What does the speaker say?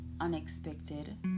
unexpected